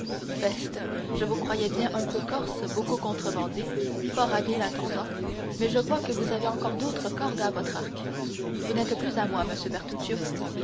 peste je vous croyais bien un peu corse beaucoup contrebandier fort habile intendant mais je vois que vous avez encore d'autres cordes à votre arc vous n'êtes plus à moi monsieur